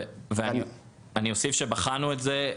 אני אוסיף שבחנו את זה.